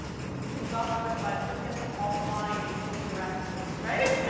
it's if you got butterflies, just get them all flying in the same direction, right?